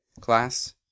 Class